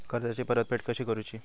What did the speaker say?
कर्जाची परतफेड कशी करूची?